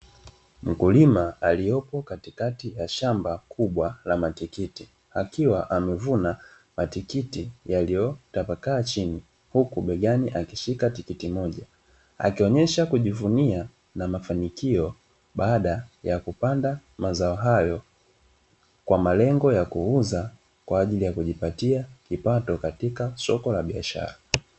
Mkulima aliyopo kati kati ya shamba kubwa la matikiti akiwa amevuna matikiti yaliyotapakaa chini, huku begani akishika tikiti moja. Akionyesha kujivunia na mafanikio baada ya kupanda mazao hayo kwa malengo ya kuuza kwa ajili ya kujipatia kipato katika soko la biashara.